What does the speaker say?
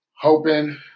hoping